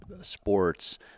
sports